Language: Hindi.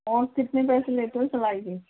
और कितने पैसे लेते हो सिलाई के